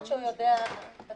אני חושבת שהוא יודע את התשובה.